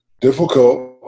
difficult